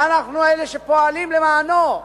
שאנחנו אלה שפועלים למענו.